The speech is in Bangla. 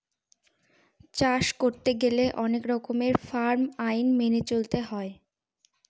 চাষ করতে গেলে অনেক রকমের ফার্ম আইন মেনে চলতে হয়